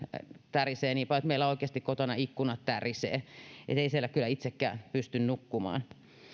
tärisee niin paljon että meillä oikeasti kotona ikkunat tärisevät ei siellä kyllä itsekään pysty nukkumaan